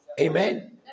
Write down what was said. Amen